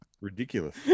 Ridiculous